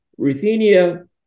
Ruthenia